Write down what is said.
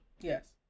Yes